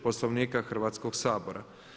Poslovnika Hrvatskog sabora.